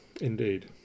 Indeed